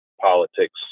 politics